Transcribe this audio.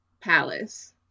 palace